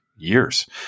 years